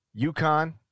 UConn